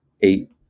eight